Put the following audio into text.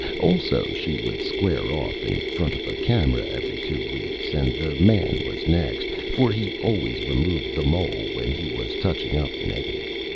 also, she would square off in front of a camera every two weeks, and the man was next, for he always removed the mole when he was touching up the negative.